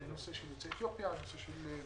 את הנושא של יוצאי אתיופיה וכו'.